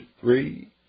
three